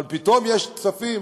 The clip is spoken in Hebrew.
אבל פתאום יש כספים,